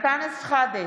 אנטאנס שחאדה,